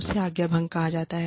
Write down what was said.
इसे आज्ञाभंग कहा जाता है